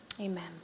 amen